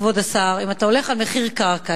כבוד השר: אם אתה הולך על מחיר קרקע,